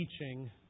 teaching